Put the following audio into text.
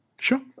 Sure